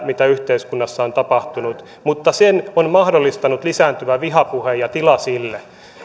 mitä yhteiskunnassa on tapahtunut mutta sen on mahdollistanut lisääntyvä vihapuhe ja tila sille